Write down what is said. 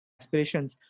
aspirations